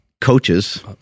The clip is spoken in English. coaches